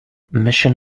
mission